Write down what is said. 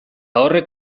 horrek